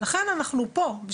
לכן אנחנו פה,